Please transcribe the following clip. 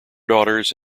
daughters